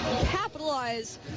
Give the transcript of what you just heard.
capitalize